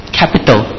capital